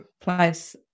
place